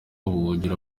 ubuhungiro